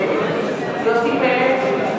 נגד יוסי פלד,